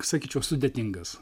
sakyčiau sudėtingas